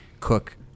cook